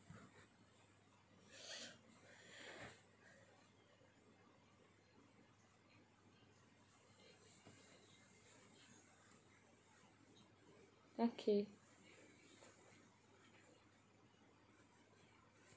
okay